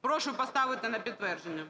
Прошу поставити на підтвердження.